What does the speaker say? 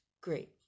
Great